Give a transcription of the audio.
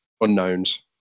unknowns